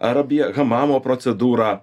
ar apie hamamo procedūrą